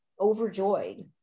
overjoyed